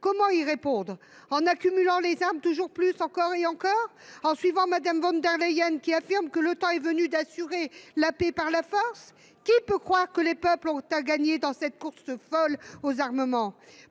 Comment y répondre ? En accumulant les armes toujours plus, encore et encore ? En suivant Mme von der Leyen, qui affirme que « le temps est venu d’assurer la paix par la force »? Qui peut croire que les peuples ont à gagner dans cette course folle aux armements ?